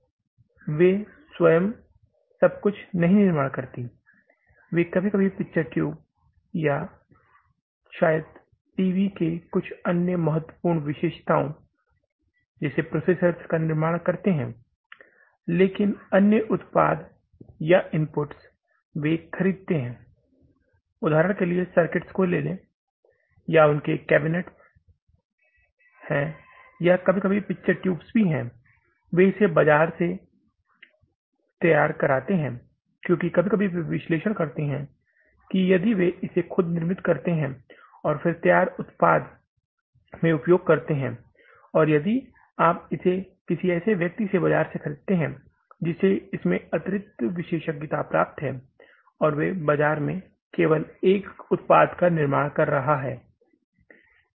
वे सब कुछ स्वयं निर्माण नहीं कर रहे हैं वे कभी कभी पिक्चर ट्यूब या शायद टीवी में कुछ अन्य महत्वपूर्ण विशेषताओं या प्रोसेसर का निर्माण करते हैं लेकिन अन्य उत्पाद या इनपुट्स वे खरीदते हैं उदाहरण के लिए सर्किट ले ले या उनके कैबिनेट हैं कभी कभी पिक्चर ट्यूब भी होते हैं वे इसे बाजार से तैयार कराते हैं क्योंकि कभी कभी वे विश्लेषण करते हैं कि यदि वे इसे खुद निर्मित करते हैं और फिर तैयार उत्पाद में उपयोग किया जाता है और यदि आप इसे किसी ऐसे व्यक्ति से बाजार से खरीदते हैं जिसे इसमें अतिरिक्त विशेषज्ञता प्राप्त है और वह बाजार में केवल एक उत्पाद का निर्माण कर रहा हैं